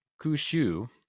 kushu